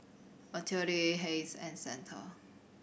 Matilde Hayes and Santa